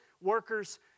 workers